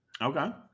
Okay